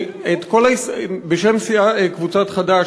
בשם קבוצת חד"ש,